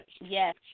Yes